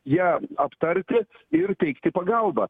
ją aptarti ir teikti pagalbą